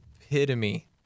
epitome